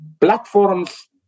platforms